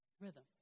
rhythm